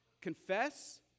Confess